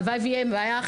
הלוואי והיה אחרת,